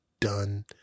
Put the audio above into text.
done